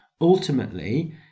Ultimately